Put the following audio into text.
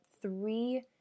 three